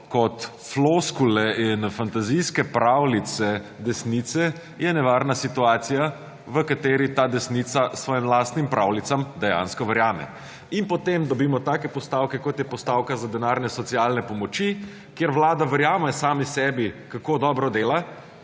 kot floskule in fantazijske pravljice desnice je nevarna situacija, v kateri ta desnica svojim lastnim pravljicam dejansko verjame. In potem dobimo takšne postavke, kot je postavka za denarne socialne pomoči, kjer vlada verjame sami sebi, kako dobro dela,